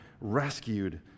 rescued